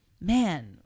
man